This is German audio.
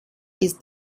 ist